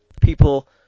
People